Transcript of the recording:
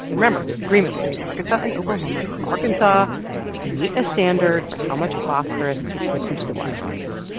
remember, this agreement between arkansas and oklahoma for arkansas to meet a standard for how much phosphorus it puts into the waterways.